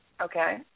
Okay